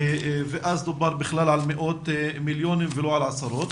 ואז דובר בכלל על מאות מיליונים ולא על עשרות,